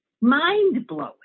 Mind-blowing